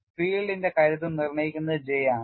ഫീൽഡിന്റെ കരുത്ത് നിർണ്ണയിക്കുന്നത് J ആണ്